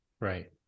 Right